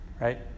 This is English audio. Right